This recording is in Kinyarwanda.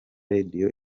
radio